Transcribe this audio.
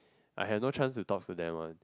I have no chance to talk to them one